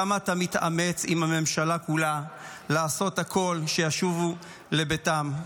כמה אתה מתאמץ עם הממשלה כולה לעשות הכול כדי שישובו לביתם.